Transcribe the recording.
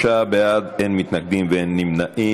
43 בעד, אין מתנגדים ואין נמנעים.